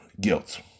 guilt